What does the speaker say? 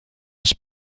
was